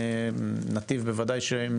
ונתיב בוודאי שהם